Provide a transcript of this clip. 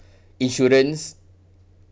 insurance